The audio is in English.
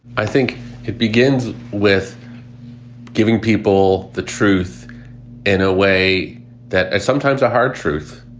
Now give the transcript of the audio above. i think it begins with giving people the truth in a way that sometimes a hard truth,